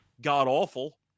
god-awful